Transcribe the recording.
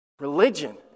Religion